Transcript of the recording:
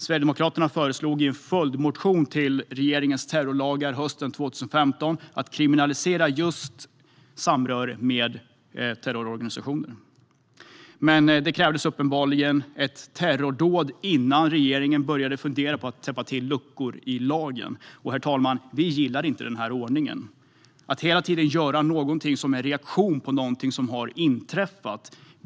Sverigedemokraterna föreslog i en följdmotion till regeringens terrorlagar hösten 2015 att kriminalisera just samröre med terrororganisationer, men det krävdes uppenbarligen ett terrordåd innan regeringen började fundera på att täppa till luckor i lagen. Vi gillar inte den ordningen att man hela tiden gör något som en reaktion på något som inträffat.